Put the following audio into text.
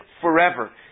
forever